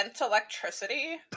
electricity